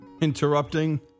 interrupting